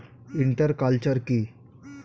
Inter culture কি?